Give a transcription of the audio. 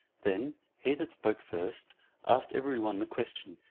then he that spoke first asked every one the question,